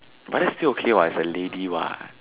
but that's still okay what it's a lady what